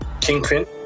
Kingpin